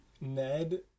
ned